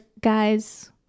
guys